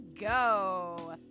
go